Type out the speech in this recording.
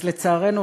לצערנו,